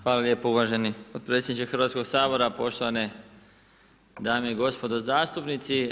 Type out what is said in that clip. Hvala lijepo uvaženi potpredsjedniče Hrvatskoga sabora, poštovane dame i gospodo zastupnici.